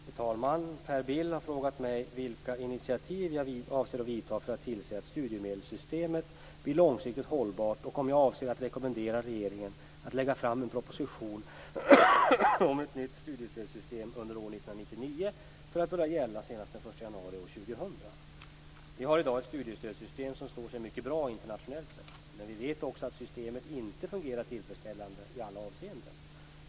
Fru talman! Per Bill har frågat mig vilka initiativ jag avser att vidta för att tillse att studiestödssystemet blir långsiktigt hållbart och om jag avser att rekommendera regeringen att lägga fram en proposition om ett nytt studiestödssystem under år 1999 för att börja gälla senast den 1 januari 2000. Vi har i dag ett studiestödssystem som står sig mycket bra internationellt sett. Men vi vet också att systemet inte fungerar tillfredsställande i alla avseenden.